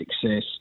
success